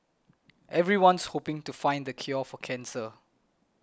everyone's hoping to find the cure for cancer